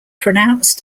pronounced